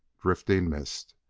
drifting mist.